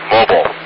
Mobile